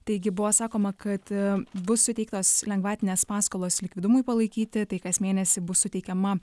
taigi buvo sakoma kad bus suteiktos lengvatinės paskolos likvidumui palaikyti tai kas mėnesį bus suteikiama